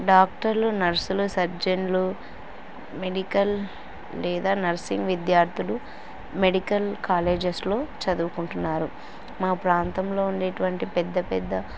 డాక్టర్లు నర్సులు సర్జన్లు మెడికల్ లేదా నర్సింగ్ విద్యార్థులు మెడికల్ కాలేజెస్లో చదువుకుంటున్నారు మా ప్రాంతంలో ఉండేటువంటి పెద్ద పెద్ద